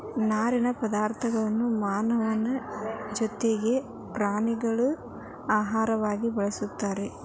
ನಾರಿನ ಪದಾರ್ಥಗಳನ್ನು ಮಾನವನ ಜೊತಿಗೆ ಪ್ರಾಣಿಗಳಿಗೂ ಆಹಾರವಾಗಿ ಬಳಸ್ತಾರ